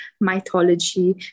mythology